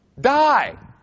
die